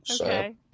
Okay